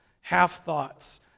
half-thoughts